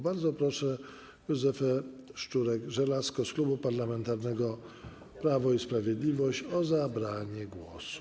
Bardzo proszę Józefę Szczurek-Żelazko z Klubu Parlamentarnego Prawo i Sprawiedliwość o zabranie głosu.